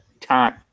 time